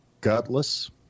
Godless